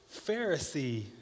Pharisee